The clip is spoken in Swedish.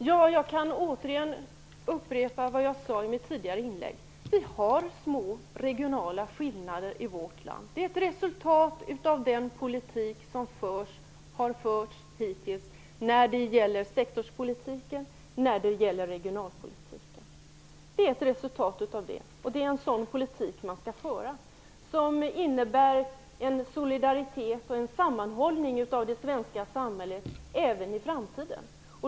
Fru talman! Jag kan upprepa vad jag sade i mitt tidigare inlägg. Det är små regionala skillnader i vårt. Det är ett resultat av den politik som förs och har förts hittills när det gäller sektorspolitiken och regionalpolitiken. Det är en sådan politik man skall föra och som innebär en solidaritet och en sammanhållning av det svenska samhället även i framtiden.